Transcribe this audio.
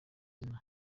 izina